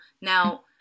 Now